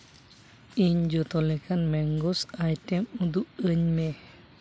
ᱤᱧ ᱡᱚᱛᱚ ᱞᱮᱠᱟᱱ ᱢᱮᱝᱜᱳᱥ ᱟᱭᱴᱮᱢ ᱩᱫᱩᱜ ᱟᱹᱧ ᱢᱮ